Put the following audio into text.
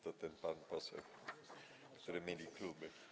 To ten pan poseł, który myli kluby.